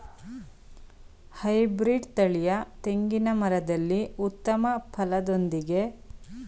Hybrid ತಳಿಯ ತೆಂಗಿನ ಮರದಲ್ಲಿ ಉತ್ತಮ ಫಲದೊಂದಿಗೆ ಧೀರ್ಘ ಕಾಲದ ವರೆಗೆ ಒಳ್ಳೆಯ ಇಳುವರಿಯನ್ನು ಪಡೆಯಬಹುದೇ?